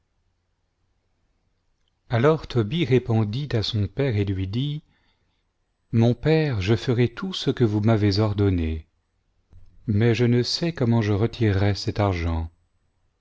alors tobie repondit à son père et lui dit mon père je ferai tout ce que vous m'avez ordonné mais je ne sais comment je letirerai cet argent